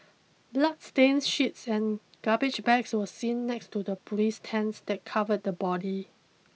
bloodstained sheets and garbage bags were seen next to the police tents that covered the body